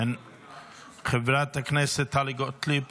חברת הכנסת טלי גוטליב,